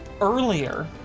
Earlier